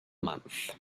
month